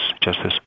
justice